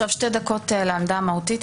אם אפשר שתי דקות לעמדה המהותית